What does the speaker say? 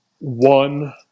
one